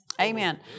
Amen